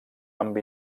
amb